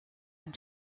ein